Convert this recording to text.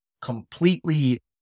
completely